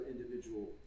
individual